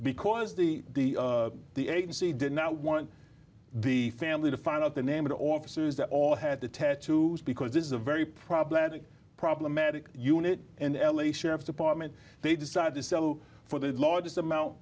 because the the agency did not want the family to find out the name of the officers that all had the tattoos because this is a very problematic problematic unit an l a sheriff's department they decided to sell for the largest amou